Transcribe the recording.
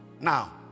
Now